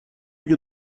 you